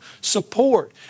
support